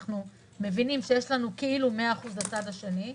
אנחנו מבינים שיש לנו כאילו 100% לצד השני.